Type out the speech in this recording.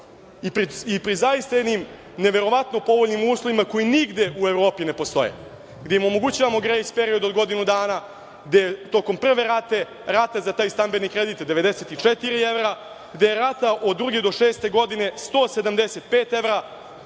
da pred zaista neverovatno povoljnim uslovima koji nigde u Evropi ne postoje, gde omogućavamo grejs period od godinu dana, gde tokom prve rate za taj stambeni kredit je 94 evra, gde je rata od druge do šeste godine 175 evra,